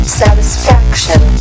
satisfaction